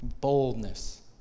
boldness